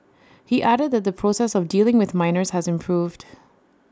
he added that the process of dealing with minors has improved